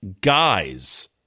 guys